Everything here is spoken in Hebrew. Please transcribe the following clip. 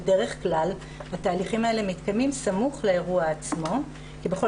בדרך כלל התהליכים האלה מתקיימים סמוך לאירוע עצמו כי בכל